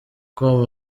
com